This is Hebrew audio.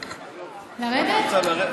לרדת?